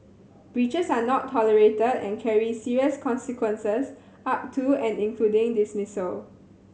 breaches are not tolerated and carry serious consequences up to and including dismissal